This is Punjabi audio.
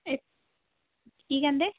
ਇਹ ਕੀ ਕਹਿੰਦੇ